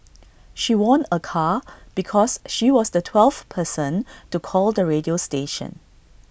she won A car because she was the twelfth person to call the radio station